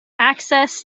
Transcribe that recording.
access